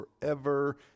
forever